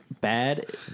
bad